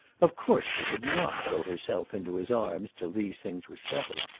of course she could not throw herself into his arms till these things were settled.